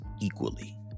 equally